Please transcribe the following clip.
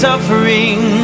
Suffering